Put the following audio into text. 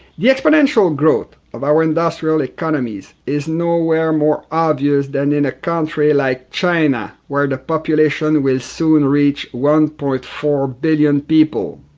the exponential growth of our industrial economies is nowhere more obvious than in a country like china where the population will soon reach one point four billion people.